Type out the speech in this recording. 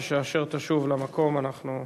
כאשר תשוב למקום אנחנו,